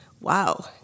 wow